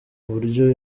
uburyo